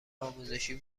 آزمایشی